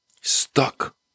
Stuck